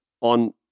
on